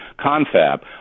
confab